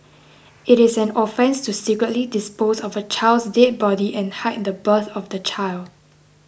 it is an offence to secretly dispose of a child's dead body and hide the birth of the child